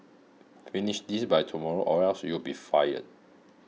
finish this by tomorrow or else you'll be fired